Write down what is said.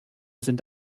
sind